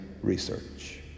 research